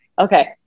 Okay